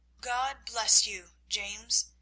god bless you, james,